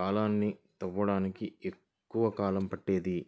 కాలవలని తవ్వడానికి ఎక్కువ కాలం పట్టేది